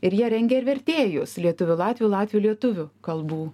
ir jie rengia ir vertėjus lietuvių latvių latvių lietuvių kalbų